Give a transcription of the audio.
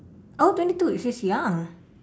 oh twenty two she's young